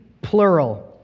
plural